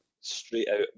straight-out